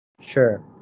Sure